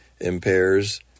impairs